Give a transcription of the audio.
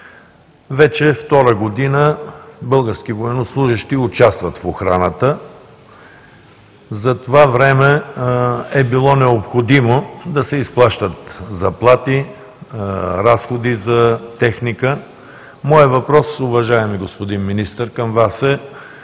Вече втора година български военнослужещи участват в охраната. За това време е било необходимо да се изплащат заплати и разходи за техника. Моят въпрос, уважаеми господин Министър, към Вас е: